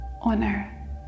honor